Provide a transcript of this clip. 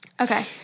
Okay